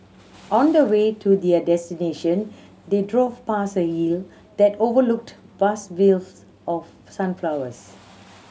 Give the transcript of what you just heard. on the way to their destination they drove past a hill that overlooked vast fields of sunflowers